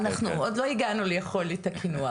אנחנו עוד לא הגענו לאכול את הקינוח,